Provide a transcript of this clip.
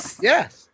Yes